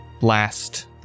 last